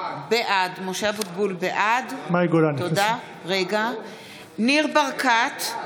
בעד ניר ברקת,